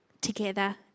together